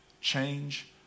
change